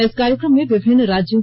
इस कार्यक्रम में विभिन्नं राज्यों